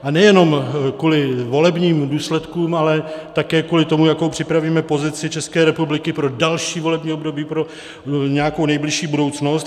A nejenom kvůli volebním důsledkům, ale také kvůli tomu, jakou připravíme pozici České republiky pro další volební období, pro nějakou nejbližší budoucnost.